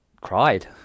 cried